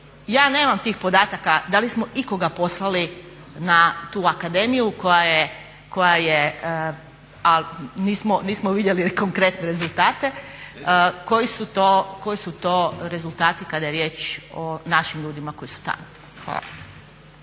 Ja nemam tih podataka da li smo ikoga poslali na tu akademiju ali nismo vidjeli konkretne rezultate, koji su to rezultati kada je riječ o našim ljudima koji su tamo. Hvala.